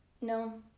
No